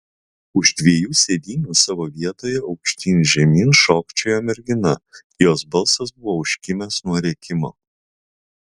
už dviejų sėdynių savo vietoje aukštyn žemyn šokčiojo mergina jos balsas buvo užkimęs nuo rėkimo